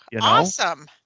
Awesome